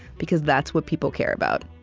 because that's what people care about.